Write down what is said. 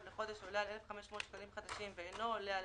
לחודש עולה על 1,500 שקלים חדשים ואינו עולה על